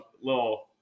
little